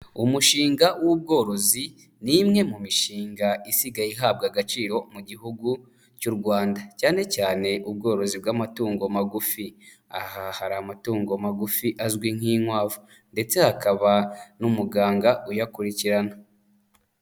Umushinga w'ubworozi ni imwe mu mishinga isigaye ihabwa agaciro mu gihugu cy'u Rwanda cyane cyane ubworozi bw'amatungo magufi, aha hari amatungo magufi azwi nk'inkwavu ndetse hakaba n'umuganga uyakurikirana.